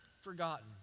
forgotten